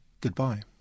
Goodbye